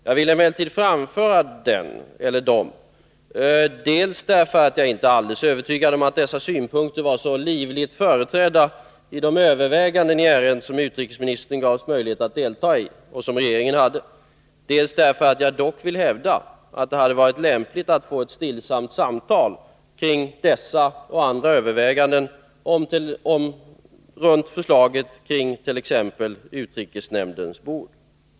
Jag vill emellertid framföra den, dels därför att jag inte är alldeles övertygad om att dessa synpunkter var så livligt företrädda i de överväganden i ärendet som regeringen hade och som utrikesministern gavs möjlighet att delta i, dels därför att jag dock vill hävda att det hade varit lämpligt att få ett stillsamt samtal kring dessa och andra överväganden runt t.ex. utrikesnämndens bord.